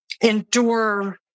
endure